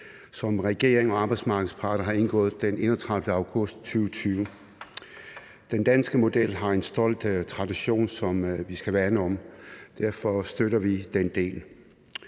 som regeringen og arbejdsmarkedets parter har indgået den 31. august 2020. Den danske model har en stolt tradition, som vi skal værne om. Derfor støtter vi den del.